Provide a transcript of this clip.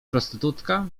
prostytutka